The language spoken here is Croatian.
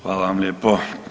Hvala vam lijepo.